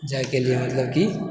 जाइ के लिए मतलब की